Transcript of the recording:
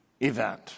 event